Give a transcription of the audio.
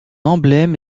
emblème